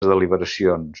deliberacions